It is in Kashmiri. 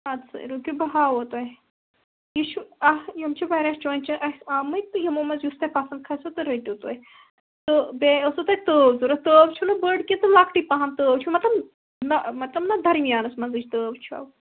ادسا رُکِو بہٕ ہاوو تۄہہ یہِ چھُ اکھ یِم چھِ واریاہ چونچہِ اَسہِ آمتۍ تہٕ یِمو منز یُس تۄہہ پَسند کَژھۍوٕ تہ رٔٹِو تُہۍ تہٕ بییہِ ٲسو تۄہہ تٲو ضۄرت تٲو چھَنہ بٔڑ کیٚنٛہہ تہٕ لۄکٹی پہم تٲو چھو مطلب مطلب نا دَرمِیانس منزے تٲو چھَو